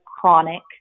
chronic